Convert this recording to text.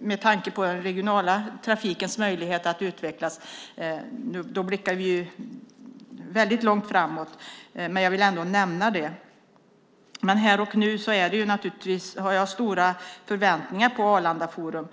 med tanke på möjligheten att utveckla den regionala trafiken. Då blickar vi långt framåt, men jag vill ändå nämna det. Här och nu har jag stora förväntningar på Arlanda forum.